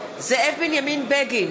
זאב בנימין בגין,